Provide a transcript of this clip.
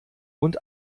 und